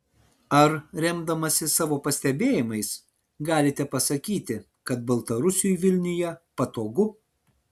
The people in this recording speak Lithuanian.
ar remdamasis savo pastebėjimais galite pasakyti kad baltarusiui vilniuje patogu